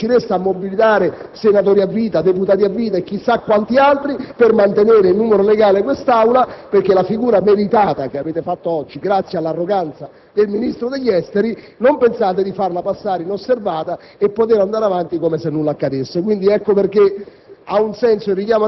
non credo che riuscirete a mobilitare senatori a vita, deputati a vita e chissà quanti altri per mantenere il numero legale in quest'Aula. La figura meritata che avete fatto oggi, grazie all'arroganza del Ministro degli affari esteri, non pensate di farla passare inosservata e poter andare avanti come se nulla fosse